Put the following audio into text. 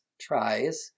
tries